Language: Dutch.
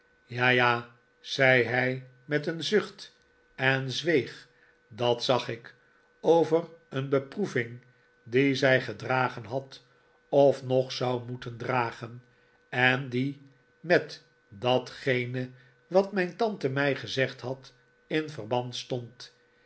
ja ja zei hij met een zucht en zweeg dat zag ik over een beproeving die zij gedragen had of nog zou moeten dragen en die met datgene wat mijn tante mij gezegd had in verband stond